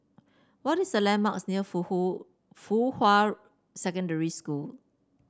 what is the landmarks near Fuhua Secondary School